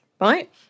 right